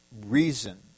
reason